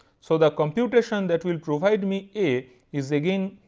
so the computation that will provide me a is again,